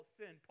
sin